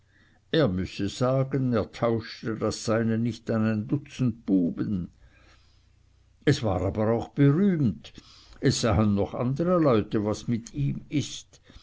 er müsse sagen er tauschte das seine nicht an ein dutzend buben es war aber auch berühmt es sahen noch andere leute was mit ihm ist